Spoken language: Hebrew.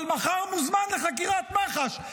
אבל מחר מוזמן לחקירת מח"ש.